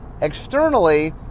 Externally